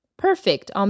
Perfect